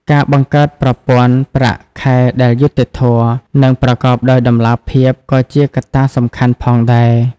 ការបង្កើតប្រព័ន្ធ ប្រាក់ខែដែលយុត្តិធម៌ និងប្រកបដោយតម្លាភាពក៏ជាកត្តាសំខាន់ផងដែរ។